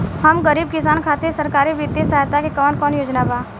हम गरीब किसान खातिर सरकारी बितिय सहायता के कवन कवन योजना बा?